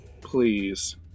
please